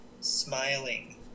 smiling